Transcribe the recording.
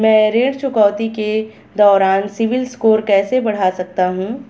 मैं ऋण चुकौती के दौरान सिबिल स्कोर कैसे बढ़ा सकता हूं?